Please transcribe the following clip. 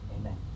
Amen